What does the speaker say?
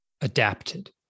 adapted